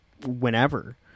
whenever